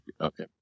Okay